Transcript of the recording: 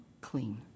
clean